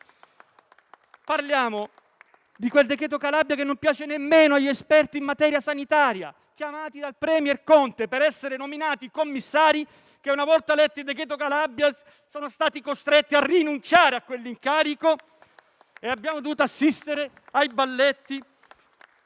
Parliamo di quel decreto Calabria che non piace nemmeno agli esperti in materia sanitaria, chiamati dal *premier* Conte per essere nominati commissari che, una volta letto il decreto Calabria, sono stati costretti a rinunciare a quell'incarico, e abbiamo dovuto assistere ai balletti